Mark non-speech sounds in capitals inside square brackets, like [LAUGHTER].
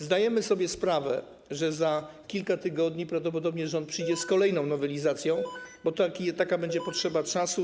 Zdajemy sobie sprawę, że za kilka tygodni prawdopodobnie rząd przyjdzie [NOISE] z kolejną nowelizacją, bo taka będzie potrzeba czasu.